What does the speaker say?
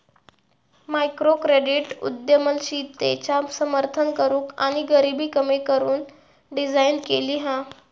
microcredit उद्यमशीलतेचा समर्थन करूक आणि गरीबी कमी करू डिझाईन केली हा